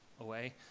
away